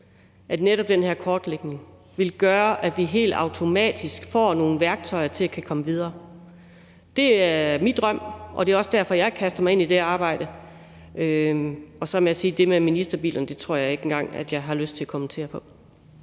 at netop den her kortlægning vil gøre, at vi helt automatisk får nogle værktøjer, så vi kan komme videre. Det er min drøm, og det er også derfor, jeg har kastet mig ind i det arbejde. Så må jeg sige, at det med ministerbilerne tror jeg ikke engang jeg har lyst til at kommentere på.